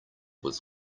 was